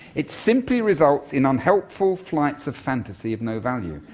it simply results in a unhelpful flights of fantasy of no value,